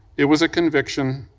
it was a conviction,